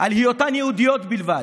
על היותן יהודיות בלבד.